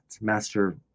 master